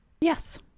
yes